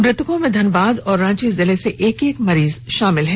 मृतकों में धनबाद और रांची जिले से एक एक मरीज शामिल है